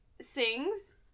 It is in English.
sings